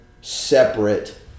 separate